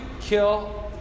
kill